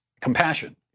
compassion